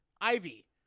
Ivy